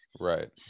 Right